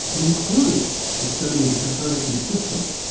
including the study of the copernican system,